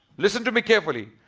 listen to me carefully,